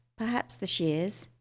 perhaps the shears,